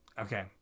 okay